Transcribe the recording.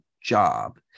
job